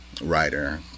writer